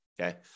okay